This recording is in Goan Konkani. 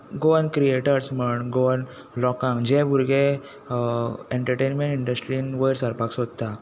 गोवन क्रिएटर्स म्हण गोवन लोकांक जे भुरगे एनटर्टेन्मॅन्ट इंडस्ट्रींत वयर सरपाक सोदता